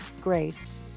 grace